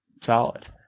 solid